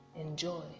Enjoy